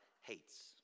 hates